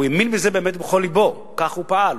הוא האמין בזה באמת בכל לבו, כך הוא פעל.